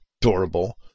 durable